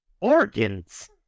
organs